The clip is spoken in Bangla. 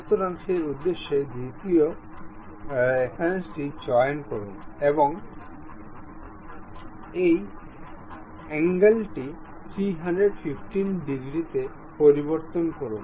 সুতরাং সেই উদ্দেশ্যে দ্বিতীয় রেফারেন্সটি চয়ন করুন এবং এই অ্যাংলটি 315 ডিগ্রীতে পরিবর্তন করুন